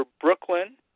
Brooklyn